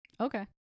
okay